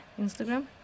Instagram